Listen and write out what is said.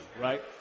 right